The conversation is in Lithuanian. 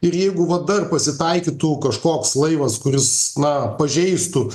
ir jeigu va dar pasitaikytų kažkoks laivas kuris na pažeistų